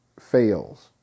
fails